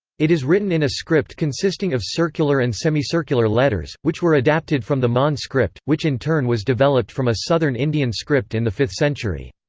it is written in a script consisting of circular and semi-circular letters, which were adapted from the mon script, which in turn was developed from a southern indian script in the fifth century.